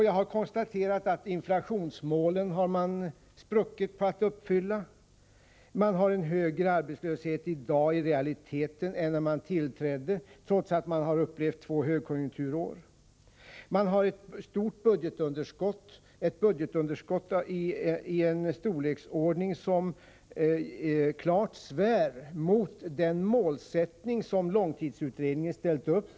Jag har konstaterat att regeringens planer har spruckit när det gäller inflationsmålen. Arbetslösheten är i dag i realiteten högre än den var när regeringen tillträdde, trots att vi upplevt två högkonjunkturår. Regeringen redovisar ett stort budgetunderskott, ett budgetunderskott i en storleksordning som klart svär mot den målsättning som långtidsutredningen ställt upp.